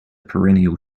perennial